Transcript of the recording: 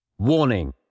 Warning